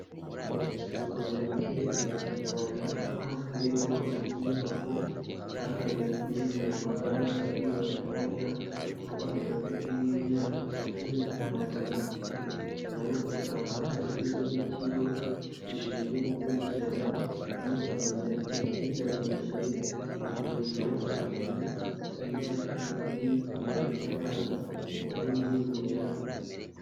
Ubuvuzi bukomeje gutera imbere mu Rwanda, aho hasigaye hubakwa n'inyubako zahariwe kurengera amagara y'abakiri batoya, abana bafite nk'imyaka icumi kumanura na bo usanga harashyizweho ikigo gishinzwe gukurikirana no kumenya imihindagurikire mu kugira ubuzima bwiza, hagati y'ikigero cy'abana bari muri iyi myaka.